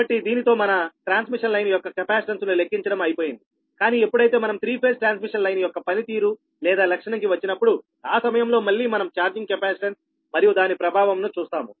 కాబట్టి దీనితో మన ట్రాన్స్మిషన్ లైన్ యొక్క కెపాసిటెన్స్ ను లెక్కించడం అయిపోయింది కానీ ఎప్పుడైతే మనం త్రీ ఫేజ్ ట్రాన్స్మిషన్ లైన్ యొక్క పని తీరు లేదా లక్షణం కి వచ్చినప్పుడు ఆ సమయంలో మళ్లీ మనం ఛార్జింగ్ కెపాసిటెన్స్ మరియు దాని ప్రభావం ను చూస్తాము